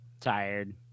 tired